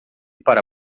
para